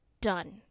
done